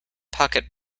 pocket